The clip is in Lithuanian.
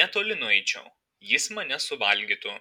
netoli nueičiau jis mane suvalgytų